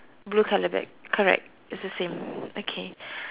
blue colour bag correct it's the same okay